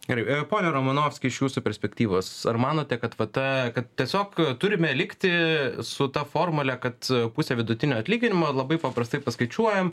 gerai pone romanovski iš jūsų perspektyvos ar manote kad va ta kad tiesiog turime likti su ta formule kad pusė vidutinio atlyginimo labai paprastai paskaičiuojam